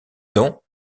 dont